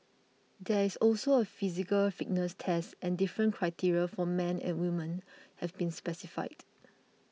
there is also a physical fitness test and different criteria for men and women have been specified